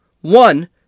One